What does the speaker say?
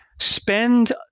spend